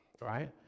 right